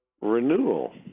renewal